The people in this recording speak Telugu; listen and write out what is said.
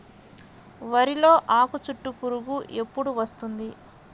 వరిలో ఆకుచుట్టు పురుగు ఎప్పుడు వస్తుంది?